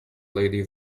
lady